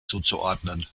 zuzuordnen